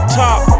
top